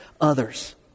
others